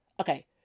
okay